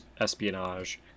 espionage